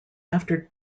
after